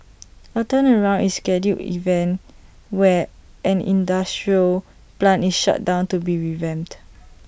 A turnaround is scheduled event where an industrial plant is shut down to be revamped